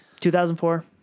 2004